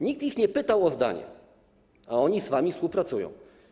Nikt ich nie pytał o zdanie, a oni z wami współpracują.